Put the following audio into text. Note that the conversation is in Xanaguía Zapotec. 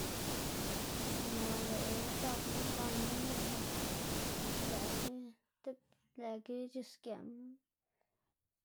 par naꞌ lëꞌkga zakná ngan porke lëꞌga tib lëꞌkga c̲h̲usgeꞌma.